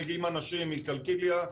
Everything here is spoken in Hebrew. מגיעים אנשים מקלקיליה,